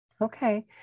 Okay